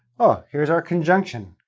oh, here's our conjunction.